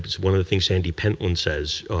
one of the things sandy pentland says,